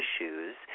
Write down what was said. issues